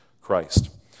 Christ